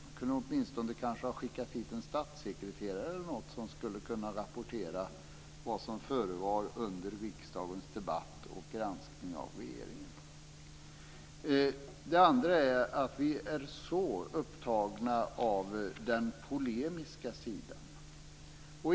Man kunde åtminstone ha skickat hit någon statssekreterare som kunnat rapportera vad som förevarit under riksdagens debatt och granskning av regeringen. Det andra är att vi är så upptagna av den polemiska sidan.